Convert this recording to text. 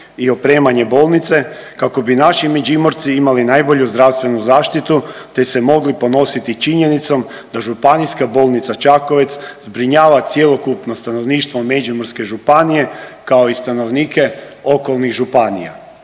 milijuna kuna kako bi naši Međimurci imali najbolju zdravstvenu zaštitu te se mogli ponositi činjenicom da Županijska bolnica Čakovec zbrinjava cjelokupno stanovništvo Međimurske županije kao i stanovnika okolnih županija.